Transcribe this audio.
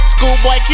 Schoolboy